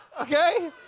okay